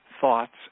thoughts